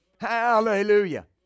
hallelujah